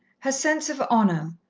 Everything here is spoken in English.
her sense of honour,